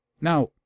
Now